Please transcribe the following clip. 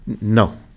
no